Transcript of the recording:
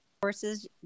courses